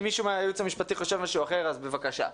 אם מישהו מהייעוץ המשפטי חושב משהו אחר, בבקשה.